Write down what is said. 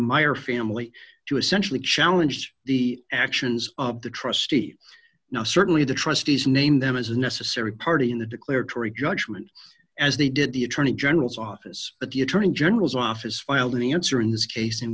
myer family to essentially challenge the actions of the trustee now certainly the trustees named them as a necessary party in the declaratory judgment as they did the attorney general's office but the attorney general's office filed an answer in this case in